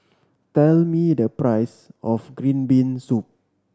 tell me the price of green bean soup